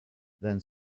then